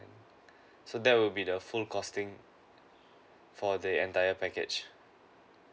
so that would be the full costing for the entire package